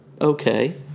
okay